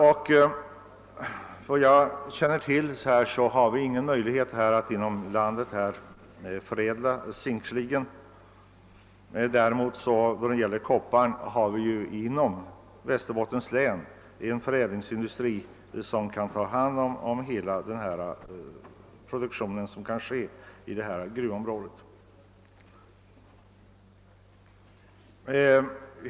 Efter vad jag känner till har vi inga möjligheter att inom landet förädla zink; när det gäller koppar har vi däremot inom Västerbottens län en förädlingsindustri som kan ta hand om hela produktionen från gruvområdet.